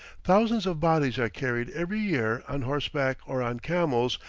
thousands of bodies are carried every year, on horseback or on camels,